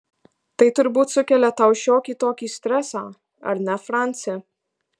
tai turbūt sukelia tau šiokį tokį stresą ar ne franci